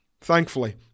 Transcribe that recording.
Thankfully